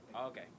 okay